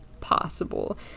possible